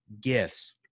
gifts